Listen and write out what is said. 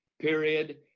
period